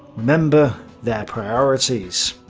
remember their priorities.